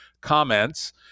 comments